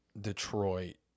Detroit